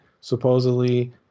supposedly